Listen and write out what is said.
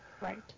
Right